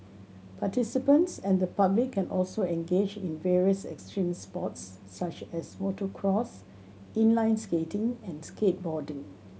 participants and the public can also engage in various extreme sports such as motocross inline skating and skateboarding